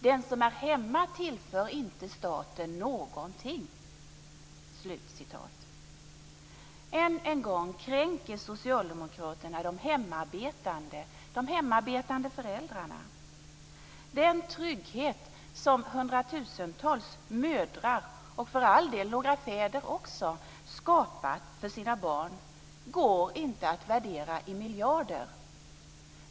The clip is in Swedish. Den som är hemma tillför inte staten någonting. Än en gång kränker socialdemokraterna de hemarbetande föräldrarna. Den trygghet som hundratusentals mödrar, och för all del några fäder också, har skapat för sina barn går inte att värdera i miljarder.